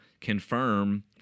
confirm